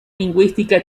lingüística